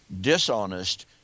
dishonest